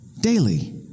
daily